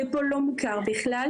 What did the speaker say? ופה לא מוכר בכלל.